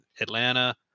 Atlanta